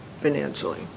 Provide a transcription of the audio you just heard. financially